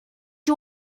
you